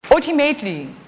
Ultimately